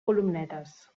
columnetes